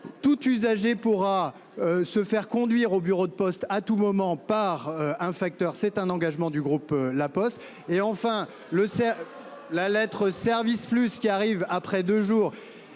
Tout usager pourra. Se faire conduire au bureau de poste à tout moment par un facteur, c'est un engagement du groupe La Poste et enfin le. La lettre service plus qui arrive après deux jours